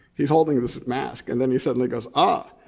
he's holding this mask and then he suddenly goes, ah.